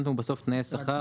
בסוף זה עניין של תנאי שכר.